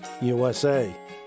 usa